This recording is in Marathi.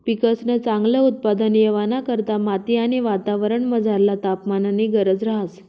पिकंसन चांगल उत्पादन येवाना करता माती आणि वातावरणमझरला तापमाननी गरज रहास